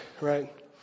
right